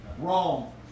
Wrong